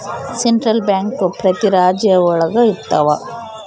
central bank ಪ್ರತಿ ರಾಜ್ಯ ಒಳಗ ಇರ್ತವ